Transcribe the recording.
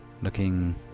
looking